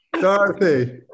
Dorothy